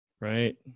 Right